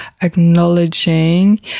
acknowledging